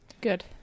Good